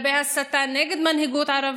הרבה הסתה נגד המנהיגות הערבית,